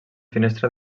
finestra